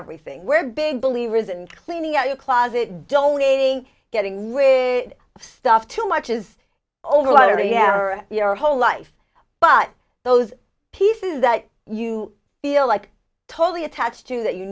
everything we're big believers and cleaning out your closet donating getting rid of stuff too much is old lottery your whole life but those pieces that you feel like totally attached to that you